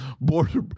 border